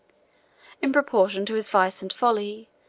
in proportion to his vice and folly,